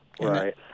Right